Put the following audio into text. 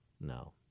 no